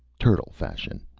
turtle-fashion,